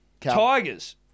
Tigers